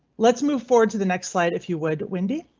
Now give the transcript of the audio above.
let's move forward to the next slide. if you would windy.